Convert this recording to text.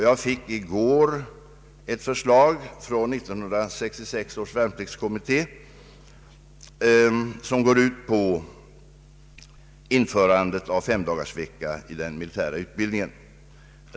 Jag fick i går ett förslag av 1966 års värnpliktskommitté, som går ut på införandet av femdagarsvecka i den militära utbildningen.